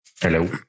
Hello